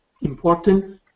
important